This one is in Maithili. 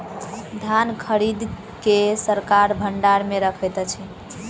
धान खरीद के सरकार भण्डार मे रखैत अछि